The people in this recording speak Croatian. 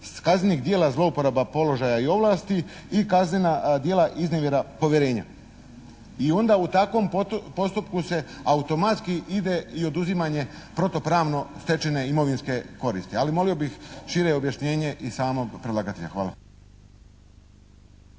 kaznenih djela zlouporaba položaja i ovlasti i kaznena djela iznevjera povjerenja. I onda u takvom postupku se automatski ide i oduzimanje protupravno stečene imovinske koristi, ali molio bih šire objašnjenje i samog predlagatelja. Hvala.